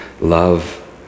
love